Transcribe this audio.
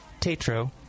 Tatro